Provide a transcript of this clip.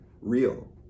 real